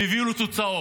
הוא הביא לו תוצאות